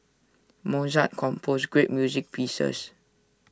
Mozart composed great music pieces